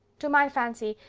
to my fancy,